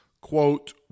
quote